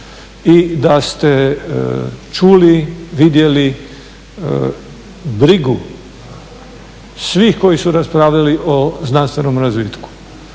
i da ste čuli, vidjeli brigu svih koji su raspravljali o znanstvenom razvitku.